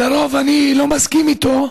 לרוב אני לא מסכים איתו,